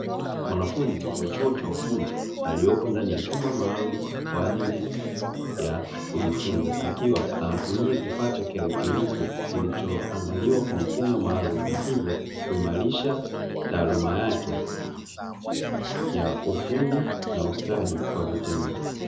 Mwanafunzi wa chuo cha ufundi aliopo ndani ya chumba maalumu kwa ajili ya kujifunza, akiwa anatumia kifaa cha kielektroniki, kilichoandaliwa kwa mfumo maalumu na hivyo kuimarisha taaluma yake ya ufundi na ustadi kwa vitendo.